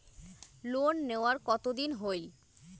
Loan নেওয়ার কতদিন হইল?